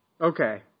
Okay